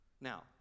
Now